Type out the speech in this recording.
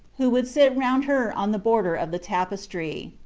who would sit round her on the border of the tapestry.